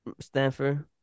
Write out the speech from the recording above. Stanford